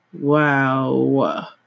wow